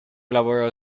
lavorò